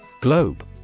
Globe